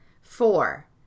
Four